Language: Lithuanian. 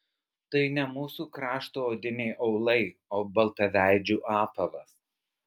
tai ne mūsų krašto odiniai aulai o baltaveidžių apavas